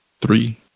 Three